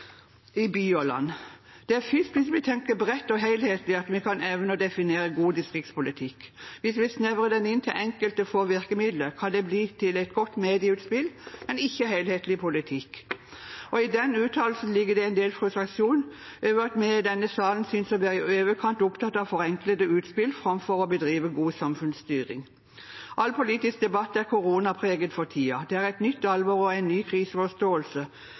Det er først hvis vi tenker bredt og helhetlig at vi kan evne å definere god distriktspolitikk. Hvis vi snevrer den inn til enkelte få virkemidler, kan det bli til et godt medieutspill, men ikke helhetlig politikk. I den uttalelsen ligger det en del frustrasjon over at vi i denne salen synes å være i overkant opptatt av forenklede utspill framfor å bedrive god samfunnsstyring. All politisk debatt er koronapreget for tiden. Det er et nytt alvor og en ny kriseforståelse